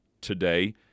today